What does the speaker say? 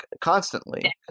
constantly